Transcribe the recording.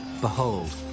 behold